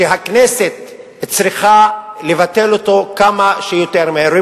שהכנסת צריכה לבטל אותו כמה שיותר מהר.